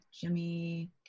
Jimmy